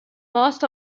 most